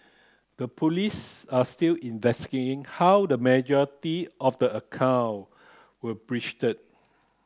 the Police are still investigating how the majority of the account were breached